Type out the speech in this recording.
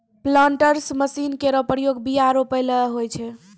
planters machine केरो प्रयोग बीया रोपै ल होय छै